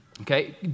Okay